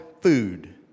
food